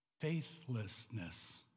faithlessness